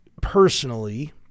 personally